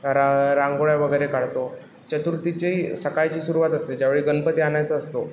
रा रांगोळ्या वगैरे काढतो चतुर्थीची सकाळची सुरुवात असते ज्यावेळी गणपती आणायचा असतो